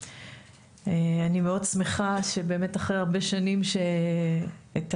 אני מאוד שמחה שבאמת אחרי הרבה שנים שהיו